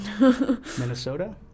Minnesota